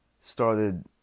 started